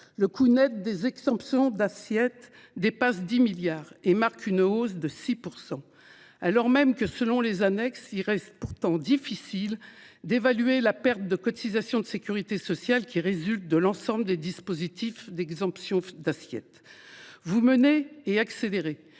Le coût net des exemptions d’assiette dépasse 10 milliards d’euros, soit une hausse de 6 %. Alors même que, selon les annexes, il reste très difficile d’évaluer la perte de cotisations de sécurité sociale résultant de l’ensemble des dispositifs d’exemptions d’assiette. La politique